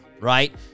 right